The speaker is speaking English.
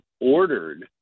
ordered